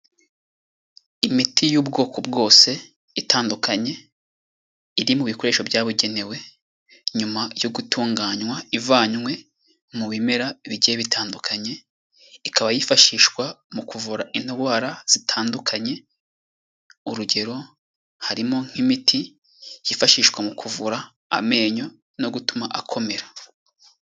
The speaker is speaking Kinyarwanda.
Imiti y'ubwoko bwose itandukanye iri mu bikoresho byabugenewe nyuma yo gutunganywa ivanywe mu bimera bigiye bitandukanye, ikaba yifashishwa mu kuvura indwara zitandukanye, urugero: harimo nk'imiti yifashishwa mu kuvura amenyo no gutuma akomera.